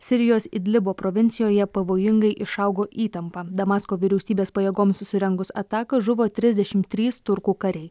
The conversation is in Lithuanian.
sirijos idlibo provincijoje pavojingai išaugo įtampa damasko vyriausybės pajėgoms susirengus ataką žuvo trisdešimt trys turkų kariai